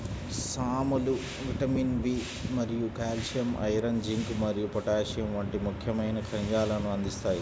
సామలు vitamin B మరియు calcium, iron, zinc మరియు పొటాషియం వంటి ముఖ్యమైన ఖనిజాలను అందిస్తాయి